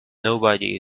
nobody